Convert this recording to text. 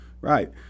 Right